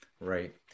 Right